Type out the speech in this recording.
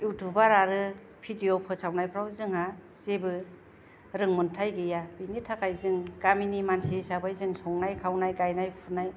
इउतिउबार आरो फिडिअ' फोसावनायफ्राव जोंहा जेबो रोंमोन्थाय गैया बिनि थाखाय जों गामिनि मानसि हिसाबै जों संनाय खावनाय गायनाय फुनाय